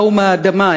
באו מהאדמה,